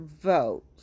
vote